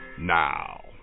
now